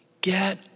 Get